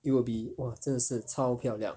it will be !wah! 真的是超漂亮